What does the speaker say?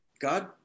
God